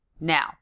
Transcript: Now